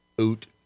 Oot